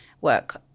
work